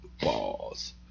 balls